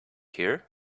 here